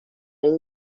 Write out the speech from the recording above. این